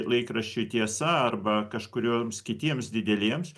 laikraščiui tiesa arba kažkurioms kitiems dideliems